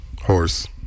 Horse